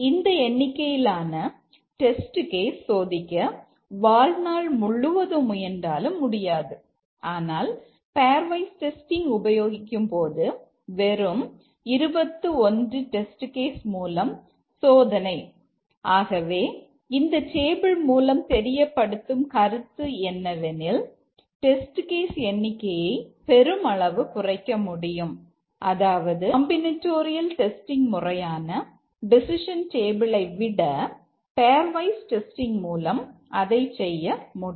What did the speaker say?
இந்த எண்ணிக்கையிலான test case சோதிக்க வாழ்நாள் முழுதும் முயன்றாலும் இயலாது ஆனால் பெயர்வைஸ் டெஸ்டிங் மூலம் அதைச் செய்ய முடியும்